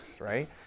right